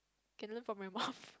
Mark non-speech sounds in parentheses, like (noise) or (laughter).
can learn from my mum (laughs)